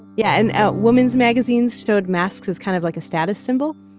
yeah and women's magazines showed masks as kind of like a status symbol.